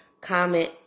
comment